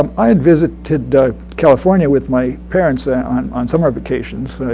um i had visited california with my parents and on on summer vacations,